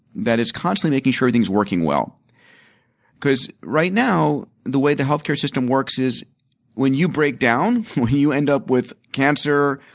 that is constantly making sure things are working well because right now the way the healthcare system works is when you break down, when you end up with cancer,